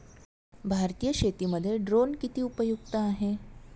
भारतीय शेतीमध्ये ड्रोन किती उपयुक्त आहेत?